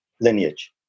lineage